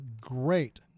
great